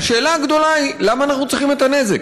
השאלה הגדולה היא למה אנחנו צריכים את הנזק.